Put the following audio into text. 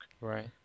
Right